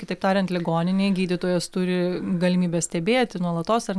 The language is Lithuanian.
kitaip tariant ligoninėj gydytojas turi galimybę stebėti nuolatos ar